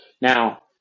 Now